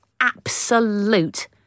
Absolute